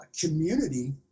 community